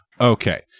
Okay